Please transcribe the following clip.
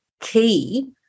key